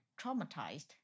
traumatized